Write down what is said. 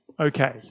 Okay